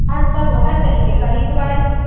हा सभु हर तरीक़े सां हिक बार